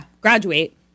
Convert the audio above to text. graduate